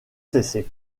cesser